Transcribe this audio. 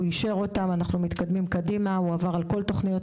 הוא אישר אותם ואנחנו מתקדמים קדימה; הוא עבר על כל תכניות